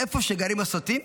איפה שגרים הסוטים?